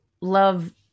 love